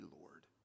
Lord